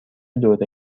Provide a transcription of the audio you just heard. دوره